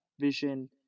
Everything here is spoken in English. vision